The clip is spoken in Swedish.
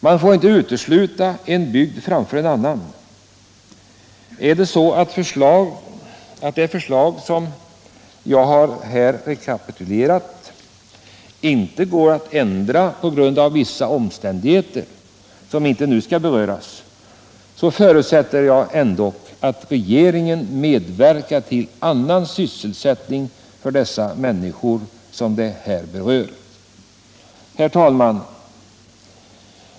Man får inte gynna en bygd framför en annan. Om det förslag som jag har rekapitulerat på grund av vissa omständigheter, som inte nu skall beröras, kan ändras, förutsätter jag ändock att regeringen medverkar till annan sysselsättning för de människor som det här gäller. Herr talman!